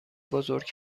بزرگ